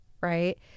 right